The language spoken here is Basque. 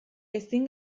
ezin